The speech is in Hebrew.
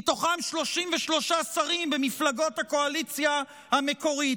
מתוכם 33 שרים במפלגות הקואליציה המקורית.